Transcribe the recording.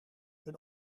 een